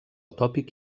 tòpic